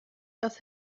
das